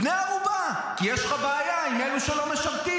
כבני ערובה, כי יש לך בעיה עם אלו שלא משרתים.